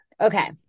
okay